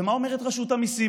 ומה אומרת רשות המיסים,